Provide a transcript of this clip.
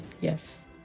Yes